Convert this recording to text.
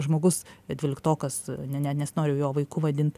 žmogus dvyliktokas ne ne nesinoriu jo vaiku vadint